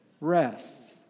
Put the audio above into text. rest